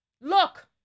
Look